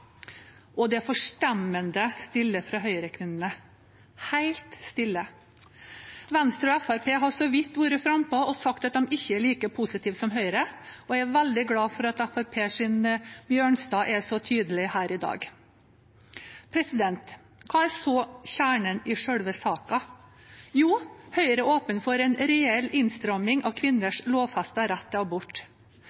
Og det er forstemmende stille fra Høyre-kvinnene – helt stille. Venstre og Fremskrittspartiet har så vidt vært frampå og sagt at de ikke er like positive som Høyre, og jeg er veldig glad for at Fremskrittspartiets Sivert Bjørnstad er så tydelig her i dag. Hva er så kjernen i selve saken? Jo, Høyre er åpen for en reell innstramming av